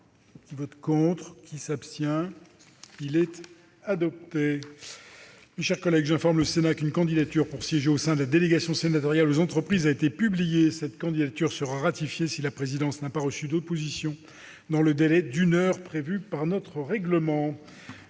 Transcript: Je mets aux voix l'amendement n° 439 rectifié. J'informe le Sénat qu'une candidature pour siéger au sein de la délégation sénatoriale aux entreprises a été publiée. Cette candidature sera ratifiée si la présidence n'a pas reçu d'opposition dans le délai d'une heure prévu par notre règlement.